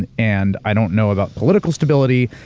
and and i don't know about political stability.